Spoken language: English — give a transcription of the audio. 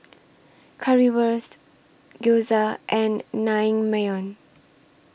Currywurst Gyoza and Naengmyeon